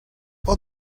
what